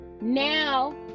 Now